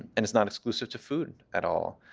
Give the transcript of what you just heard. and it's not exclusive to food at all.